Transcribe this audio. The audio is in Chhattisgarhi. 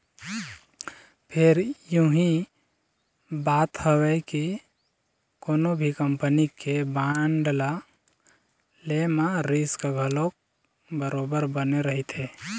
फेर यहूँ बात हवय के कोनो भी कंपनी के बांड ल ले म रिस्क घलोक बरोबर बने रहिथे